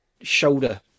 shoulder